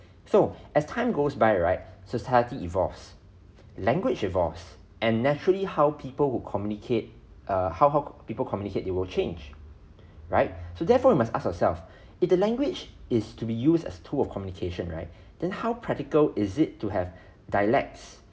so as time goes by right society evolves language evolves and naturally how people would communicate err how how people communicate they will change right so therefore you must ask ourselves if the language is to be used as tool of communication right then how practical is it to have dialects